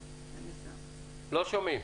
לא שומעים,